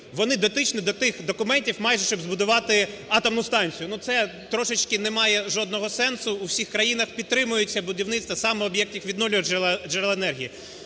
Вони дотичні до тих документів, майже, щоб збудувати атомну станцію. Це трошечки не має жодного сенсу, у всіх країнах підтримується будівництво саме об'єктів відновлювальних джерел енергії.